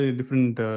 different